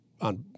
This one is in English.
on